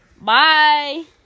Bye